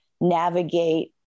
navigate